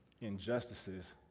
injustices